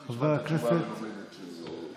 עכשיו נשמע את התשובה המלומדת שלו.